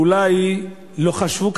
ואולי לא חשבו,